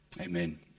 Amen